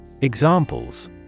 Examples